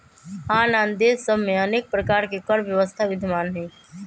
आन आन देश सभ में अनेक प्रकार के कर व्यवस्था विद्यमान हइ